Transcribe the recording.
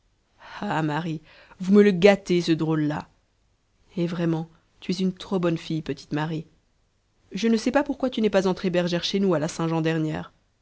marie vous me le gâtez ce drôle-là et vraiment tu es une trop bonne fille petite marie je ne sais pas pourquoi tu n'es pas entrée bergère chez nous à la saintjean